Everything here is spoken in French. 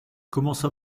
commença